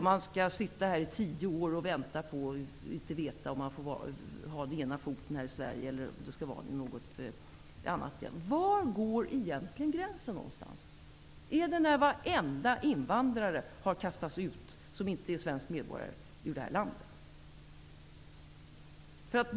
Man skall vara här i tio år utan att veta om man får ha ena foten här i Sverige eller om man skall vara i något annat land. Var går egentligen gränsen? Är det när varenda invandrare som inte är svensk medborgare har kastats ut ur det här landet?